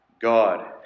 God